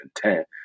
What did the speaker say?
content